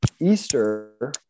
easter